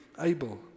able